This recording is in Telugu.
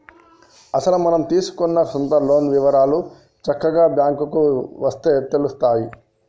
అసలు మనం తీసుకున్న సొంత లోన్ వివరాలు చక్కగా బ్యాంకుకు వస్తే తెలుత్తాయి